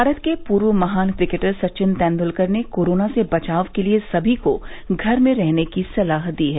भारत के पूर्व महान क्रिकेटर सचिन तेंदुलकर ने कोरोना से बचाव के लिए सभी को घर में ही रहने की सलाह दी है